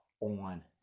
on